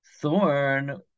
thorn